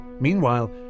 Meanwhile